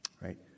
right